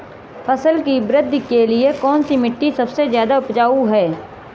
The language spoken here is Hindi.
फसल की वृद्धि के लिए कौनसी मिट्टी सबसे ज्यादा उपजाऊ है?